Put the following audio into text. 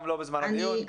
לא בזמן הדיון.